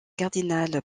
cardinal